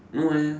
no eh